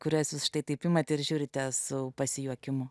kurias jis štai taip matė ir žiūrite su pasijuokimu